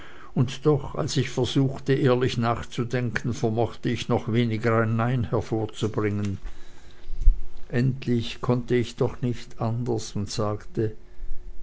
und doch als ich versuchte ehrlich nachzudenken vermochte ich noch weniger ein nein hervorzubringen endlich konnte ich doch nicht anders und sagte